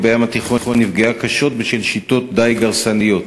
בים התיכון נפגעה קשות בשל שיטות דיג הרסניות.